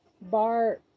Bar